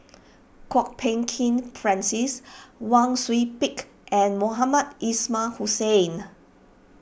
Kwok Peng Kin Francis Wang Sui Pick and Mohamed Ismail Hussain